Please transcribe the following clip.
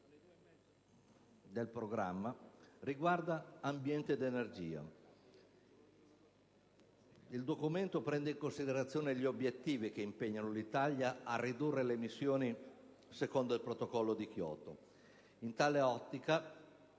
del Programma riguarda l'ambiente e l'energia. Il documento prende in considerazione gli obiettivi che impegnano l'Italia a ridurre le emissioni secondo il Protocollo di Kyoto. In tale ottica,